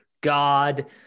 God